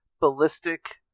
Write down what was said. Ballistic